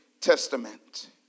Testament